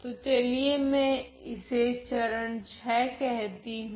तो चलिए मैं इसे चरण VI कहती हूँ